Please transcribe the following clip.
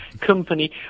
company